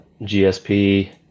GSP